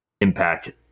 impact